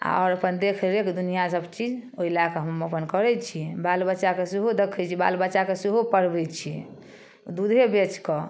आओर अपन देख रेख दुनिआ सब चीज ओइ लए कऽ हम अपन करै छी बाल बच्चाके सेहो देखै छी बाल बच्चाके सेहो पढ़बै छी दूधे बेचकऽ